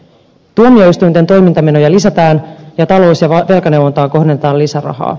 tuomioistuinten toimintamenoja lisätään ja talous ja velkaneuvontaan kohdennetaan lisärahaa